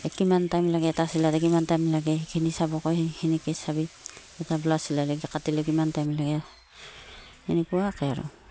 কিমান টাইম লাগে এটা চিলাওঁতে কিমান টাইম লাগে সেইখিনি চাব কয় সেইখিনিকে চাবি এটা ব্লাউজ চিলাই কাটিলে কিমান টাইম লাগে এনেকুৱাকৈ আৰু